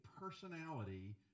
personality